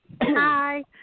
Hi